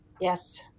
Yes